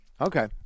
Okay